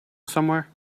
somewhere